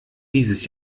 dieses